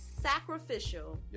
sacrificial